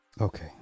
Okay